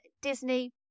Disney